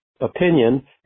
Opinion